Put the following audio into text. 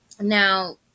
now